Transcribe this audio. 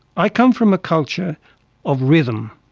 i come from a culture of rhythm.